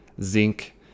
zinc